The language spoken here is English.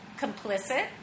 complicit